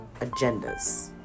agendas